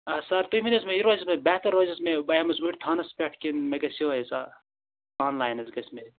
سَر تُہۍ ؤنِو حظ مےٚ یہِ روزِ حظ مےٚ بہتر روزِ حظ مےٚ بہٕ یِمہٕ حظ اوٗرۍ تھانَس پٮ۪ٹھ کِنہٕ مےٚ گژھِ یِہَے سہل آن لایِن حظ گژھِ مےٚ